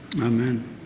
Amen